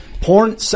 Porn –